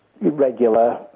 regular